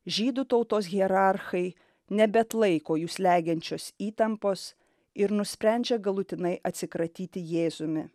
žydų tautos hierarchai nebeatlaiko jų slegiančios įtampos ir nusprendžia galutinai atsikratyti jėzumi